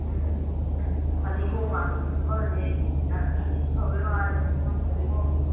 ꯎꯝ ꯐꯗꯤꯒꯣꯝꯒꯁꯦ ꯈꯨꯐꯖꯦ ꯌꯥꯝ ꯁꯥꯊꯤꯅ ꯐꯕꯩ ꯋꯥꯅꯤꯗ ꯅꯪ ꯐꯗꯤꯒꯣꯝ